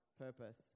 purpose